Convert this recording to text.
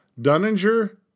Dunninger